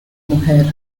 mujer